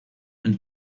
and